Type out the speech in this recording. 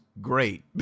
great